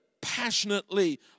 passionately